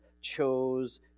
chose